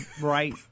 Right